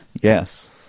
Yes